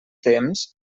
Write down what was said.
temps